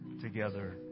together